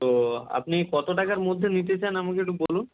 তো আপনি কতো টাকার মধ্যে নিতে চান আমাকে একটু বলুন